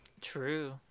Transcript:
true